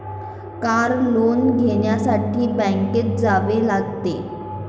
car loan घेण्यासाठी बँकेत जावे लागते